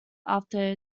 after